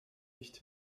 nicht